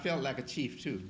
feel like a chief too